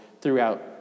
throughout